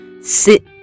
sit